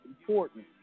important